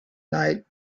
night